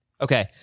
Okay